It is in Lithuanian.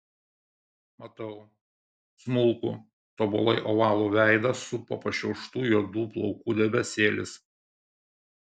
matau smulkų tobulai ovalų veidą supo pašiauštų juodų plaukų debesėlis